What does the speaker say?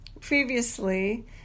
previously